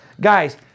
Guys